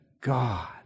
God